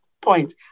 point